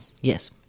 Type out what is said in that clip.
Yes